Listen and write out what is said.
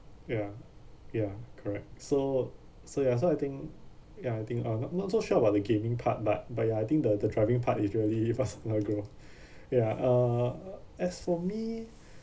ya ya correct so so ya so I think ya I think uh not not so sure about the gaming part but but ya I think the the driving part is really personal growth ya uh as for me